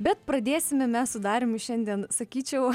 bet pradėsime mes su dariumi šiandien sakyčiau